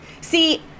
See